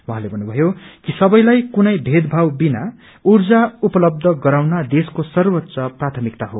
उहाँले भन्नुषयो कि सवैलाई कुनै भेदभाव विना ऊर्जा उपलब्ध गराउन देशको सर्वोच्व प्रयमिकता हो